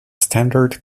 standard